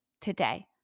today